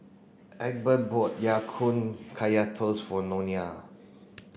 Egbert bought Ya Kun Kaya Toast for Nona